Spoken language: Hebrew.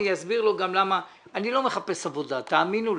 אני לא מחפש עבודה, תאמינו לי.